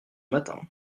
matin